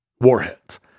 warheads